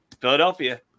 Philadelphia